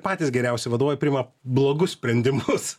patys geriausi vadovai priima blogus sprendimus